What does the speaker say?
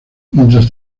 mientras